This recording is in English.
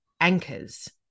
anchors